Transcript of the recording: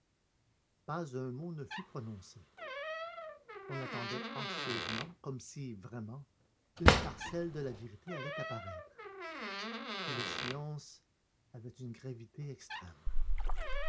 pas un mot ne fut prononcé on attendait anxieusement comme si vraiment une parcelle de la vérité allait apparaître et le silence avait une gravité extrême